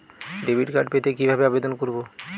Debit card পেতে কিভাবে আবেদন করব?